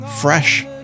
fresh